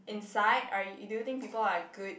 inside are yo~ do you think people are good